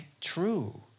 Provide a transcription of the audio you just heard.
true